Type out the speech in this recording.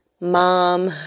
mom